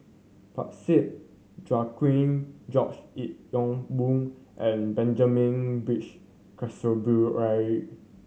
Parsick Joaquim George Yeo Yong Boon and Benjamin Peach Keasberry